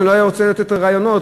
אני לא רוצה לתת לה רעיונות,